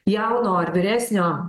jauno ar vyresnio